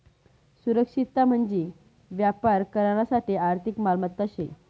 सुरक्षितता म्हंजी व्यापार करानासाठे आर्थिक मालमत्ता शे